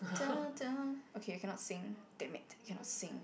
okay I cannot sing damn it cannot sing